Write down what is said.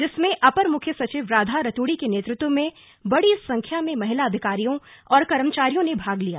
जिसमें अपर मुख्य सचिव राधा रतूड़ी के नेतत्व में बड़ी संख्या में महिला अधिकारियों और कर्मचारियों ने भाग लिया